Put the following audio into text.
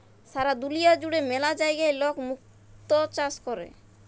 সারা দুলিয়া জুড়ে ম্যালা জায়গায় লক মুক্ত চাষ ক্যরে